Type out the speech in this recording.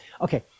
Okay